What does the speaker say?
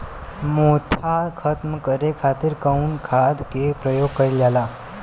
मोथा खत्म करे खातीर कउन खाद के प्रयोग कइल जाला?